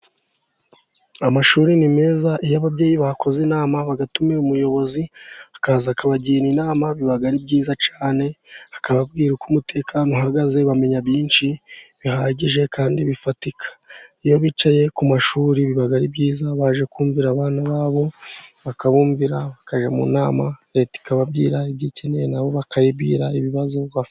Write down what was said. Amashuri ni meza, iyo ababyeyi bakoze inama bagatuma umuyobozi akaza akabagira inama, biba ari byiza cyane, akababwira uko umutekano uhagaze, bamenya byinshi bihagije kandi bifatika, iyo bicaye ku mashuri biba ari byiza, baje kumvira abana babo, bakabumvira bakajya mu nama, Leta ikababwira ibyo ikeneye, nabo bakayibwira ibibazo bafite.